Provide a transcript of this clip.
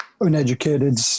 uneducated